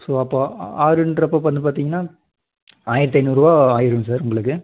so அப்போ ஆறுன்றப்போ வந்து பார்த்தீங்கன்னா ஆயிரத்தி ஐந்நூறு ஆகிரும் சார் உங்களுக்கு